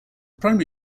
primary